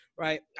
Right